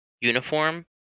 uniform